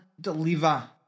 deliver